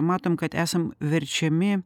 matom kad esam verčiami